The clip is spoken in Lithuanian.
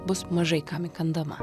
bus mažai kam įkandama